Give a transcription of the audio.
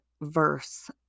verse